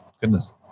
goodness